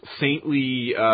saintly